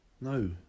No